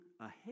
ahead